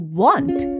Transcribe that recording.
want